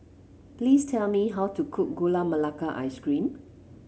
please tell me how to cook Gula Melaka Ice Cream